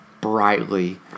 brightly